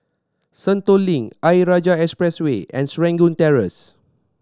Sentul Link Ayer Rajah Expressway and Serangoon Terrace